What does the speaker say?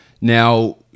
Now